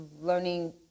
learning